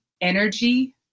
energy